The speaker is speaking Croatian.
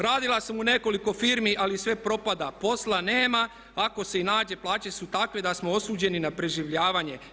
Radila sam u nekoliko firmi ali sve propada, posla nema, ako se i nađe plaće su takve da smo osuđeni na preživljavanje.